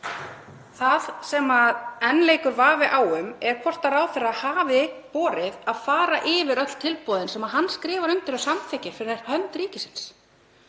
Það sem enn leikur vafi á um er hvort ráðherra hafi borið að fara yfir öll tilboðin sem hann skrifar undir og samþykkir fyrir hönd ríkisins